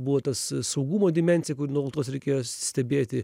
buvo tas saugumo dimensija kur nuolatos reikėjo stebėti